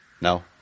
No